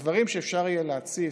הדברים שאפשר יהיה להציף,